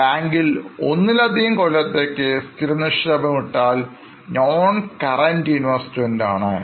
ബാങ്കിൽ ഒന്നിലധികം കൊല്ലത്തേക്ക് സ്ഥിരനിക്ഷേപം ഇട്ടാൽ NonCurrent Investmentആണ്